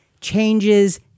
Changes